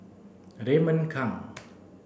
Raymond Kang